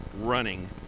running